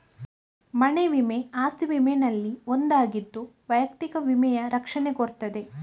ಮನೆ ವಿಮೆ ಅಸ್ತಿ ವಿಮೆನಲ್ಲಿ ಒಂದು ಆಗಿದ್ದು ವೈಯಕ್ತಿಕ ವಿಮೆಯ ರಕ್ಷಣೆ ಕೊಡ್ತದೆ